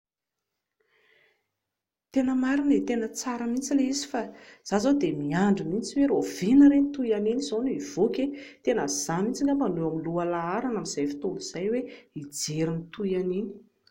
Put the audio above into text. Tena marina e, tena tsara mihintsy ilay izy fa izaho izao dia miandry mihintsy hoe rahoviana re ny tohin'iny izao no hivoaka e, tena izaho mihintsy angamba no ho eo amin'ny loha laharana amin'izay fotoana izay hoe hijery ny tohin'iny